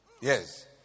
Yes